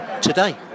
today